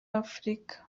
afurika